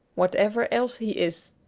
whatever else he is.